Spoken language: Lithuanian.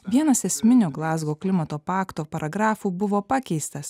vienas esminių glazgo klimato pakto paragrafų buvo pakeistas